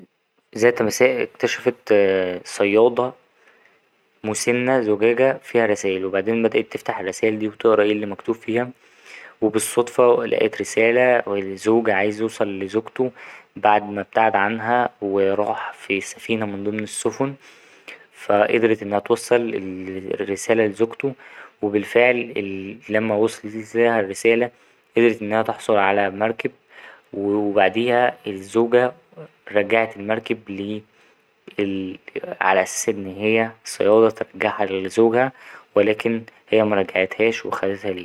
ذات مساء اكتشفت صيادة مسنه زجاجة فيها رسايل وبعدين بدأت تفتح الرسايل دي وتقرا ايه اللي مكتوب فيها وبالصدفة لقت رسالة الزوج عايز يوصل لزوجته بعد ما أبتعد عنها وراح في سفينة من ضمن السفن فا قدرت إن هي توصل الرسالة لزوجته وبالفعل لما وصلتلها الرسالة قدرت إن هي تحصل على مركب وبعديها الزوجة رجعت المركب لـ - الـ ـ على أساس إن هي الصيادة ترجعها لزوجها ولكن هي مرجعتهاش وخدتها ليها.